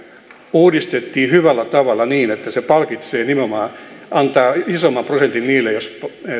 uudistettiin hyvällä tavalla niin että se palkitsee nimenomaan antaa isomman prosentin niille jos